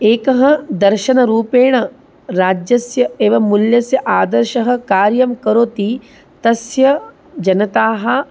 एकः दर्शनरूपेण राज्यस्य एवं मूल्यस्य आदर्शः कार्यं करोति तस्य जनताः